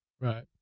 Right